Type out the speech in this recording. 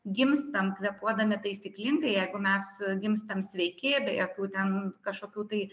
gimstam kvėpuodami taisyklingai jeigu mes gimstam sveiki be jokių ten kažkokių tai